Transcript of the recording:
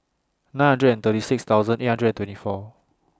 nine hundred and thirty six thousand eight hundred and twenty four